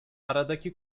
aradaki